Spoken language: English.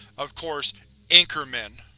of course inkerman!